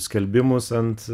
skelbimus ant